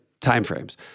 timeframes